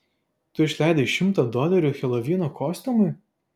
tu išleidai šimtą dolerių helovino kostiumui